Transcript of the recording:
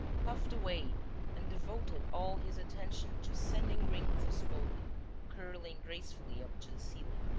puffed away and devoted all his attention to sending rings of smoke curling gracefully up to the ceiling.